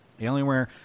Alienware